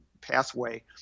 pathway